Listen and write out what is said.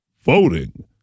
Voting